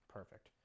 Perfect